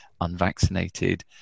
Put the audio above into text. unvaccinated